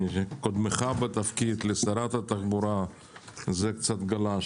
קודמך בתפקיד לשרת התחבורה וזה קצת גלש.